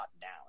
down